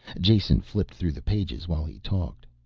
jason flipped through the pages while he talked.